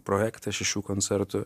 projektą šešių koncertų